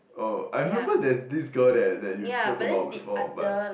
oh I remember there's this girl that that you spoke about before but